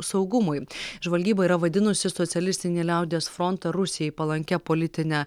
saugumui žvalgyba yra vadinusi socialistinį liaudies frontą rusijai palankia politine